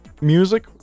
music